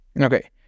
Okay